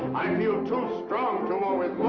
i feel too strong to war with